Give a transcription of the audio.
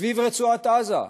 סביב רצועת-עזה.